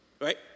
right